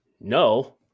No